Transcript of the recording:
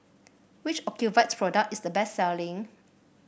which Ocuvite product is the best selling